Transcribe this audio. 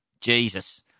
Jesus